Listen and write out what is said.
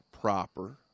proper